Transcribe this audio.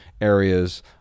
areas